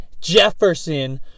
Jefferson